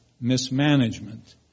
mismanagement